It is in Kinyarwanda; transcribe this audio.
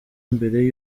mbere